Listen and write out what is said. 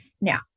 Now